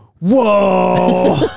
whoa